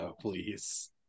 please